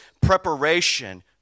preparation